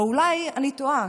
או אולי אני טועה,